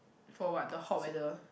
for what the hot weather